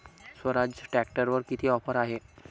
स्वराज ट्रॅक्टरवर किती ऑफर आहे?